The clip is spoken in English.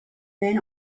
men